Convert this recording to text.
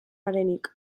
garenik